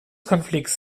konflikts